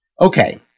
Okay